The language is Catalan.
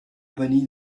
venir